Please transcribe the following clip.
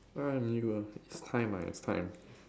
I M U ah it's time ah it's time